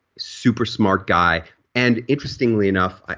super smart guy and interestingly enough,